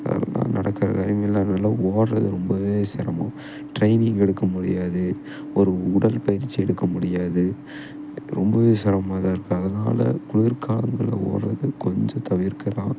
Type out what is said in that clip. அதெலாம் நடக்குற காரியமே இல்லை அதனால ஓடுறது ரொம்பவே சிரமம் ட்ரைனிங் எடுக்க முடியாது ஒரு உடல் பயிற்சி எடுக்க முடியாது ரொம்பவே செரமமாக தான் இருக்கும் அதனால் குளிர்காலங்களில் ஓடுறது கொஞ்சம் தவிர்க்கலாம்